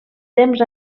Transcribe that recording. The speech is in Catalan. temps